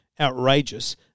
Outrageous